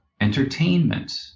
entertainment